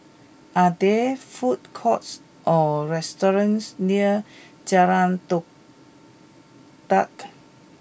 are there food courts or restaurants near Jalan Todak